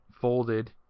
Folded